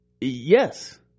Yes